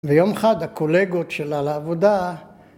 ‫ויום אחד הקולגות שלה לעבודה...